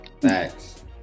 thanks